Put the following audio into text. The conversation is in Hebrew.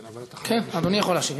כן, אדוני יכול להשיב.